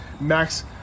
max